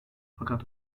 fakat